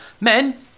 Men